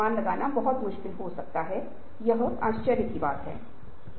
और हमारी रणनीतियों को फिर से उन्मुख करना और प्रतिरोध को हल करना और परिवर्तन को लागू करना होगा